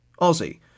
Aussie